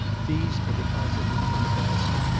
these are deposited in a basket,